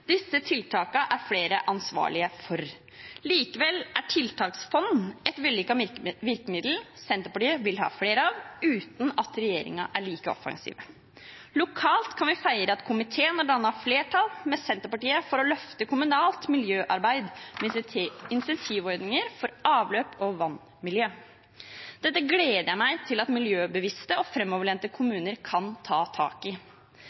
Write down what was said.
Disse tiltakene er flere ansvarlige for, likevel er tiltaksfond et vellykket virkemiddel Senterpartiet vil ha flere av, uten at regjeringen er like offensiv. Lokalt kan vi feire at komiteen har dannet flertall med Senterpartiet for å løfte kommunalt miljøarbeid med incentivordninger for avløp og vannmiljø. Jeg gleder meg til at miljøbevisste og framoverlente kommuner kan ta tak i